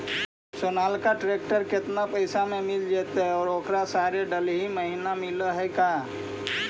Sonalika tractor केतना पैसा में मिल जइतै और ओकरा सारे डलाहि महिना मिलअ है का?